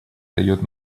дает